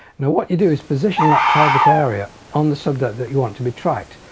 now what you do is position that target area on the subject that you want to be tracked.